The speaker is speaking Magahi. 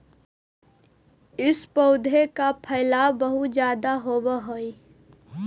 इस पौधे का फैलाव बहुत ज्यादा होवअ हई